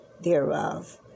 thereof